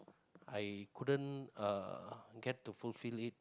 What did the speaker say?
I couldn't uh get to fulfil it